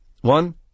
One